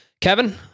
Kevin